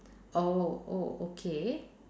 oh oh okay